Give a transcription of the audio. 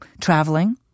traveling